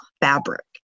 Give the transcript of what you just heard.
fabric